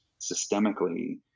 systemically